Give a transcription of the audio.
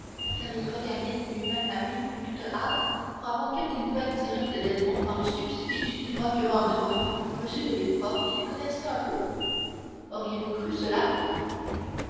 car il regagnait lui-même la ville en toute hâte pour avoir quelque nouvelle directe d'edmond par le substitut du procureur du roi m de villefort qu'il connaissait un peu auriez-vous cru cela